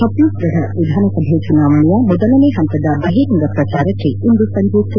ಛತ್ತೀಲ್ಘಡ್ ವಿಧಾನಸಭೆ ಚುನಾವಣೆಯ ಮೊದಲನೆ ಹಂತ ಬಹಿರಂಗ ಪ್ರಚಾರಕ್ಕೆ ಇಂದು ಸಂಜೆ ತೆರೆ